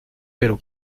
pero